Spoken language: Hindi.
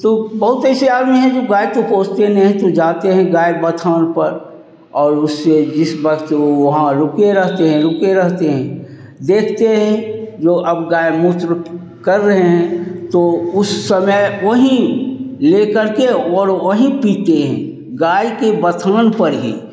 तो बहुत ऐसे आदमी हैं जो गाय तो पहुँचते नहीं हैं तो जाते हैं गाय बथान पर और उससे जिस बात से वह वहाँ रुके रहते हैं रुके रहते हैं देखते हैं जो अब गाय मूत्र कर रहे हैं तो उस समय वहीं ले करके और वहीं पीते हैं गाय के बथवन पर ही